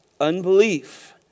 Unbelief